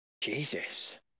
Jesus